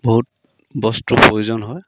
বহুত বস্তুৰ প্ৰয়োজন হয়